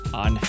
on